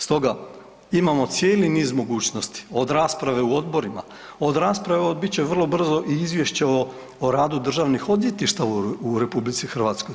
Stoga imamo cijeli niz mogućnosti od rasprave u odborima, od rasprave u, bit će vrlo brzo i Izvješće o radu državnih odvjetništava u RH.